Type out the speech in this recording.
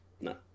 No